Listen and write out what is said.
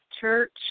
church